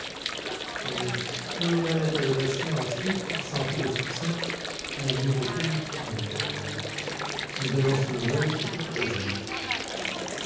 compatriotes se seraient adressés ensuite sans plus de succès à l'amirauté anglaise nous donnons ces nouvelles sous toute réserve